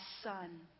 son